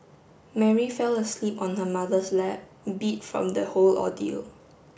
Mary fell asleep on her mother's lap beat from the whole ordeal